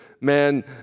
man